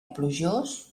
plujós